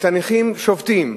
את הנכים שובתים.